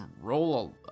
roll